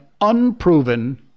unproven